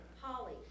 Holly